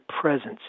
presence